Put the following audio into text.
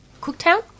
Cooktown